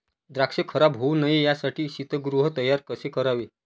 द्राक्ष खराब होऊ नये यासाठी शीतगृह तयार कसे करावे?